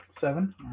Seven